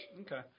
Okay